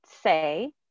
say